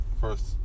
First